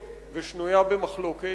פלסטינים ועל כן היא שנויה כאן במחלוקת.